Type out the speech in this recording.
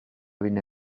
viene